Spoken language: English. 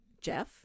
jeff